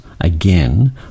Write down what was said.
again